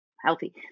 healthy